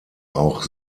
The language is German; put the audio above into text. auch